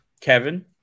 Kevin